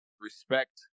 respect